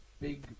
big